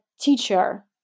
teacher